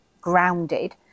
grounded